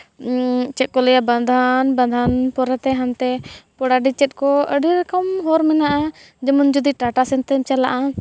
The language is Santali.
ᱪᱮᱫ ᱠᱚ ᱞᱟᱹᱭᱟ ᱵᱟᱱᱫᱳᱣᱟᱱ ᱵᱟᱱᱫᱳᱚᱣᱟᱟᱱ ᱯᱚᱨᱮᱛᱮ ᱯᱚᱲᱟᱰᱤ ᱪᱮᱫ ᱠᱚ ᱟᱹᱰᱤ ᱨᱚᱠᱚᱢ ᱦᱚᱨ ᱢᱮᱱᱟᱜᱼᱟ ᱡᱮᱢᱚᱱ ᱡᱩᱫᱤ ᱴᱟᱴᱟ ᱥᱮᱫ ᱛᱮᱢ ᱪᱟᱞᱟᱜᱼᱟ